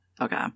okay